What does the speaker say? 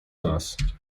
nas